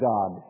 God